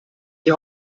die